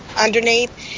underneath